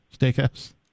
Steakhouse